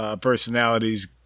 personalities